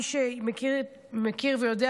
מי שמכיר ויודע,